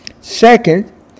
Second